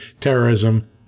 terrorism